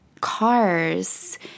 cars